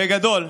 בגדול ובקצרה,